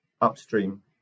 upstream